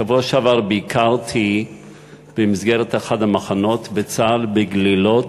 בשבוע שעבר ביקרתי באחד ממחנות צה"ל, בגלילות,